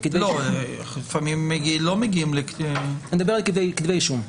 לפעמים לא מגיעים לכדי כתבי אישום.